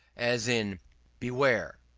as in beware,